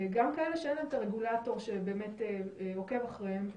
גם כאלה שאין להם את הרגולטור שבאמת עוקב אחריהם,